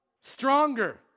Stronger